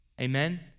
amen